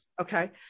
Okay